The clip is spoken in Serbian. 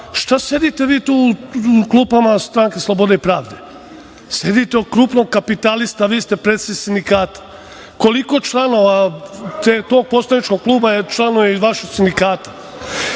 šta sedite vi tu u klupama Stranke slobode i pravde? Sedite u klupama kapitaliste, a vi ste predsednik sindikata. Koliko članova tog poslaničkog kluba je član vašeg sindikata? Kako